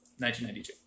1992